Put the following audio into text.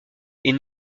est